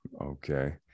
okay